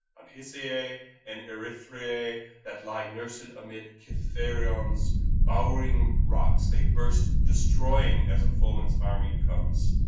on hysiae and erythrae that lie nursed amid kithaeron's bowering rocks, they burst destroying, as a foeman's army comes.